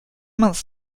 months